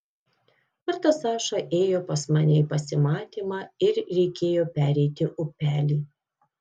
kartą saša ėjo pas mane į pasimatymą ir reikėjo pereiti upelį